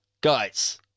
guys